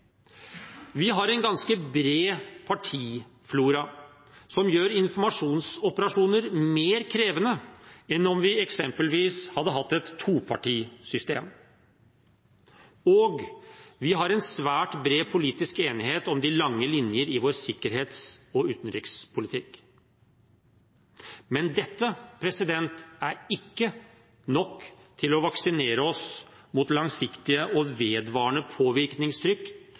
Vi har en ganske bred partiflora, som gjør informasjonsoperasjoner mer krevende enn om vi eksempelvis hadde hatt et topartisystem, og vi har en svært bred politisk enighet om de lange linjer i vår sikkerhets- og utenrikspolitikk. Men dette er ikke nok til å vaksinere oss mot langsiktig og vedvarende påvirkningstrykk